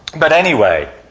but anyway,